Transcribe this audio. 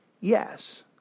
Yes